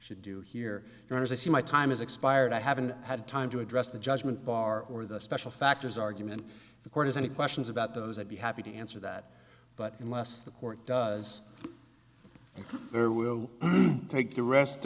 should do here and as i see my time is expired i haven't had time to address the judgment bar or the special factors argument the court has any questions about those i'd be happy to answer that but unless the court does we'll take the rest